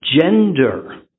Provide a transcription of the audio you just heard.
gender